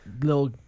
little